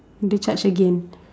they charge again